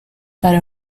para